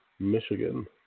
Michigan